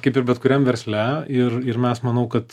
kaip ir bet kuriam versle ir ir mes manau kad